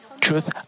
truth